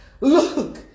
look